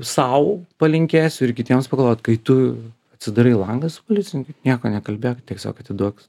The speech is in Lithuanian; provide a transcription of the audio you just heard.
sau palinkėsiu ir kitiems pagalvot kai tu atsidarai langą su policininkais nieko nekalbėk tiesiog atiduok